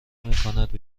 میکند